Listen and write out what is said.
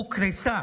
הוקרסה.